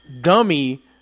dummy